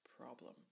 problem